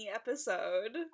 episode